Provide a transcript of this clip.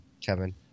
Kevin